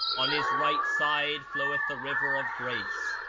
on his right side floweth the river of grace,